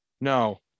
no